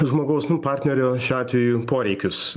žmogaus nu partnerio šiuo atveju poreikius